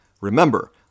Remember